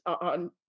on